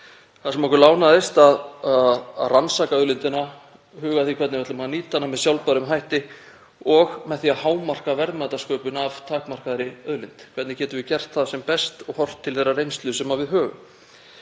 þar sem okkur lánaðist að rannsaka auðlindina, huga að því hvernig við ætlum að nýta hana með sjálfbærum hætti og hámarka með því verðmætasköpun af takmarkaðri auðlind. Hvernig getum við gert það sem best og horft til þeirrar reynslu sem við höfum?